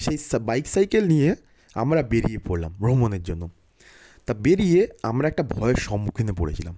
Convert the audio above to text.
সেই bike cycle নিয়ে আমরা বেরিয়ে পড়লাম ভ্রমণের জন্য তা বেরিয়ে আমরা একটা ভয়ের সম্মুখীনে পড়েছিলাম